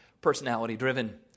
personality-driven